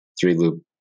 three-loop